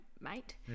mate